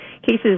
cases